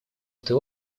этой